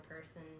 person